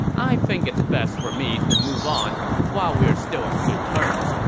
i think it's best for me to move on while we are still on good terms.